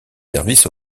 services